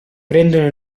prendono